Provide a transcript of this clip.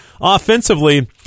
offensively